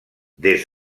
des